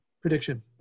Prediction